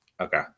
Okay